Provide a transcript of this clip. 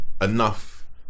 enough